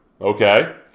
okay